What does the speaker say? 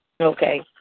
Okay